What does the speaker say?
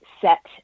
set